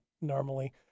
Normally